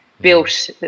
built